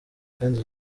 kandi